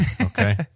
Okay